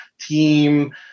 team